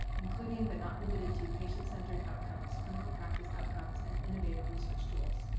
including but not limited to patient centered outcomes, clinical practice outcomes, and innovative research tools?